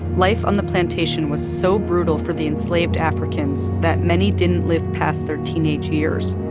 life on the plantation was so brutal for the enslaved africans that many didn't live past their teenage years.